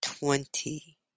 Twenty